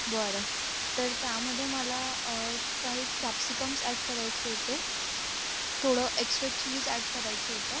बरं तर त्यामध्ये मला काही कॅप्सिकम्स अॅड करायचे होते थोडं एक्स्ट्रा चीज अॅड करायचं होतं